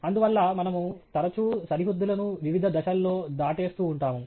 అందువల్ల మనము తరచూ సరిహద్దులను వివిధ దిశల్లోదాటేస్తూ ఉంటాము